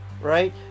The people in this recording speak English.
right